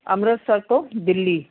ਅੰਮ੍ਰਿਤਸਰ ਤੋਂ ਦਿੱਲੀ